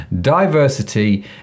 diversity